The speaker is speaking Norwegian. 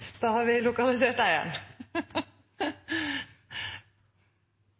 Da har vi